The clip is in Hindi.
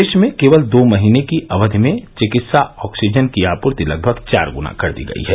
देश में केवल दो महीने की अवधि में चिकित्सा ऑक्सीजन की आपूर्ति लगभग चार गुना कर दी गई है